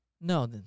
No